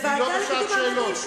היא לא בשעת שאלות.